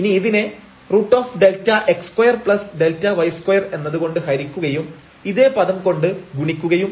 ഇനി ഇതിനെ √Δx2Δy2 എന്നത് കൊണ്ട് ഹരിക്കുകയും ഇതേ പദം കൊണ്ട് ഗുണിക്കുകയും ചെയ്യാം